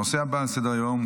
הנושא הבא על סדר-היום,